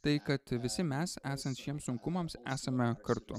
tai kad visi mes esant šiems sunkumams esame kartu